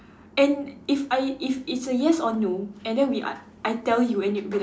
and if I if it's a yes or no and then we I I tell you and it'll be like